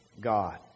God